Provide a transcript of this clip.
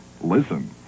listen